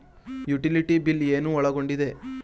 Utility bill ಏನು ಒಳಗೊಂಡಿದೆ?